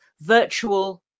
virtual